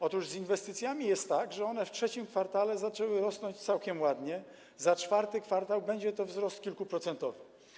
Otóż z inwestycjami jest tak, że one w III kwartale zaczęły rosnąć całkiem ładnie, za IV kwartał będzie to wzrost kilkuprocentowy.